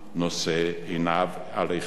נושא עיניו אליכם.